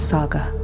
Saga